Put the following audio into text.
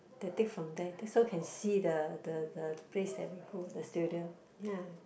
they take from there that so can see the the the place that we go the studio ya